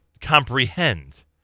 comprehend